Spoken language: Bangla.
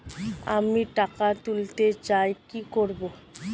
আমি টাকা তুলতে চাই কি করব?